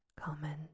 comment